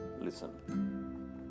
listen